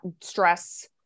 stress